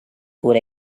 good